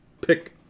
pick